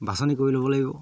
বাছনি কৰি ল'ব লাগিব